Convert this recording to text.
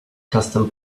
custom